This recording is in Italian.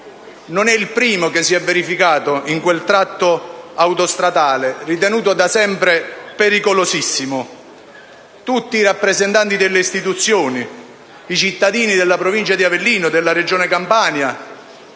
Non eil primo incidente che si verifica in quel tratto autostradale, ritenuto da sempre pericolosissimo. Tutti, rappresentanti delle istituzioni, cittadini della provincia di Avellino, della regione Campania